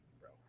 bro